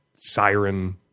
siren